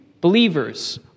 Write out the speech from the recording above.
believers